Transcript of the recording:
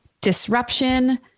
disruption